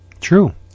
True